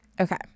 Okay